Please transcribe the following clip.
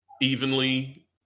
Evenly